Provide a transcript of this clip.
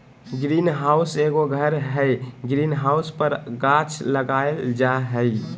green house एगो घर हइ, ग्रीन हाउस पर गाछ उगाल जा हइ